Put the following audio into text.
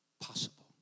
possible